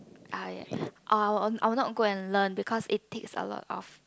I I will I will not go and learn because it takes a lot of